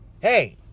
Hey